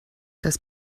das